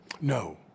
No